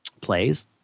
plays